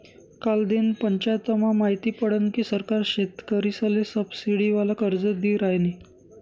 कालदिन पंचायतमा माहिती पडनं की सरकार शेतकरीसले सबसिडीवालं कर्ज दी रायनी